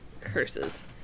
curses